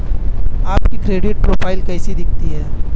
आपकी credit profile कैसी दिखती है?